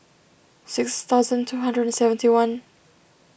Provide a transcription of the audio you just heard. six thousand two hundred and seventy one